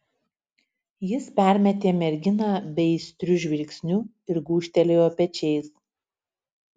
jis permetė merginą beaistriu žvilgsniu ir gūžtelėjo pečiais